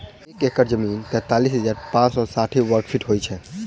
एक एकड़ जमीन तैँतालिस हजार पाँच सौ साठि वर्गफीट होइ छै